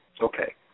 Okay